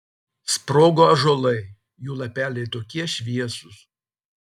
sprogo ąžuolai jų lapeliai tokie šviesūs